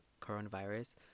coronavirus